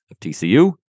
TCU